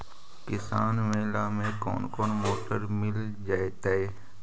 किसान मेला में कोन कोन मोटर मिल जैतै?